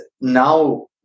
now